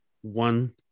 one